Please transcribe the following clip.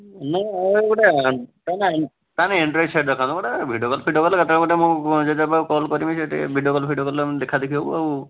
ନା ଗୋଟେ ତାନେ ଆଣ୍ଡ୍ରଏଡ଼୍ ସେଟ୍ ଦେଖାଉନ ଗୋଟେ ଭିଡ଼ିଓ କଲ୍ ଫିଡ଼ିଓ କଲ୍ କେତେବେଳେ ଗୋଟେ ମୁଁ ଜେଜେବାପାକୁ କଲ୍ କରିବି ସେ ଟିକିଏ ଭିଡ଼ିଓ କଲ୍ ଫିଡ଼ିଓ କଲ୍ ଆମେ ଦେଖାଦେଖି ହେବୁ ଆଉ